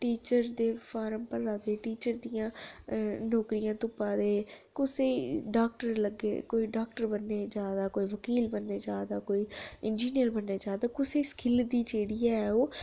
teacher दे form भरा दे टीचर दियां नौकरियां तुप्पा दे कुसे डाक्टर लग्गे कोई डाक्टर बनने ई जा दा कोई बकील बनने जा दा कोई इंजीनियर बनने ई जा दा कुसै ई स्किल्ल दी जेह्ड़ी ऐ ओह्